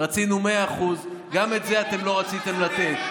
רצינו 100%, גם את זה אתם לא רציתם לתת.